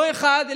לא אחד,